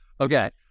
Okay